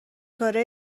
کاره